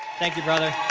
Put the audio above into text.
thank you, brother.